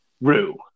Rue